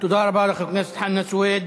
תודה רבה לך, חבר הכנסת חנא סוייד.